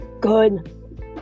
good